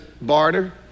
barter